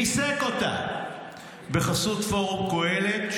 ריסק אותה בחסות פורום קהלת,